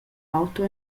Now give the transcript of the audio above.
auto